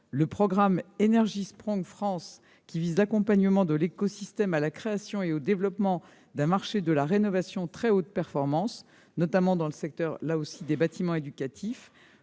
Le programme Énergie Sprong France a pour objectif un accompagnement de l'écosystème à la création et au développement d'un marché de la rénovation de très haute performance, notamment dans le secteur des bâtiments éducatifs,